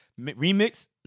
remix